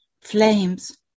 flames